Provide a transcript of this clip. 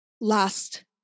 Last